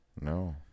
No